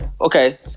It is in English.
okay